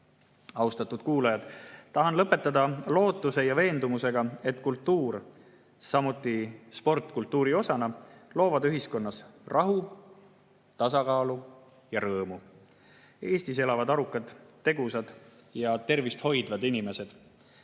Austatud kuulajad! Tahan lõpetada lootuse ja veendumusega, et kultuur ja samuti sport kultuuri osana loovad ühiskonnas rahu, tasakaalu ja rõõmu. Eestis elavad arukad, tegusad ja tervist hoidvad inimesed.